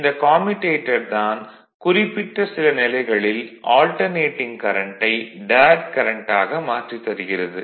இந்த கம்யூடேட்டர் தான் குறிப்பிட்ட சில நிலைகளில் ஆல்டர்னேடிங் கரண்ட்டை டைரக்ட் கரண்ட் ஆக மாற்றித் தருகிறது